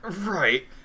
Right